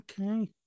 okay